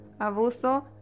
abuso